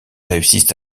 réussissent